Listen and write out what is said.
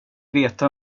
veta